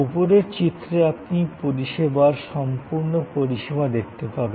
উপরের চিত্রে আপনি পরিষেবার সম্পূর্ণ পরিসীমা দেখতে পাবেন